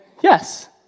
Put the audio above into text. yes